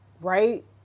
right